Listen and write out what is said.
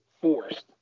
forced